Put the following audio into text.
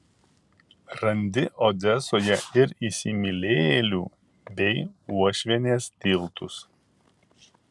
randi odesoje ir įsimylėjėlių bei uošvienės tiltus